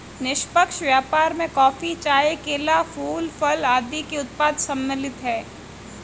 निष्पक्ष व्यापार में कॉफी, चाय, केला, फूल, फल आदि के उत्पाद सम्मिलित हैं